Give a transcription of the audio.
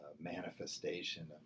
manifestation